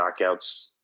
knockouts